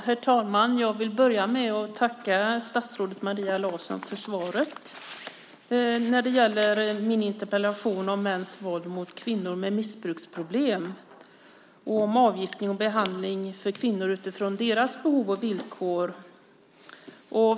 Herr talman! Jag vill börja med att tacka statsrådet Maria Larsson för svaret när det gäller min interpellation om mäns våld mot kvinnor med missbruksproblem och om avgiftning och behandling för kvinnor utifrån deras behov och villkor.